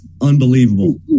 unbelievable